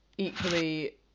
equally